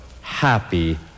Happy